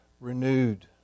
Renewed